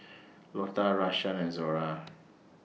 Lotta Rashaan and Zora